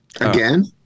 Again